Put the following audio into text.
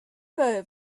though